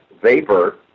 vapor